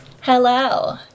Hello